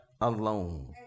alone